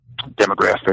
demographic